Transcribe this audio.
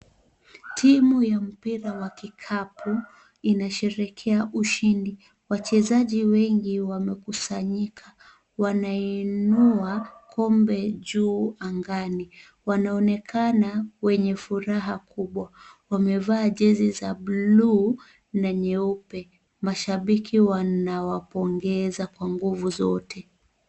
Timu ya mpira wa kikapu inasherekea ushindi. Wachezaji wengi wamekusanyika, wanainua kombe juu angani. Wanaonekana wenye furaha kubwa. Wamevaa jezi za buluu na nyeupe. Mashabiki wanawapongeza kwa nguvu zote.